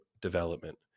development